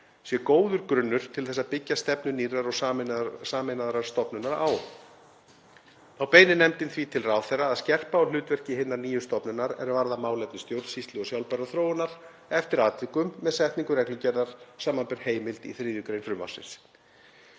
sé góður grunnur til að byggja stefnu nýrrar sameinaðrar stofnunar á. Þá beinir nefndin því til ráðherra að skerpa á hlutverki hinnar nýju stofnunar er varðar málefni stjórnsýslu og sjálfbærrar þróunar eftir atvikum með setningu reglugerðar, samanber heimild í 3. gr. frumvarpsins.